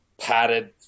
padded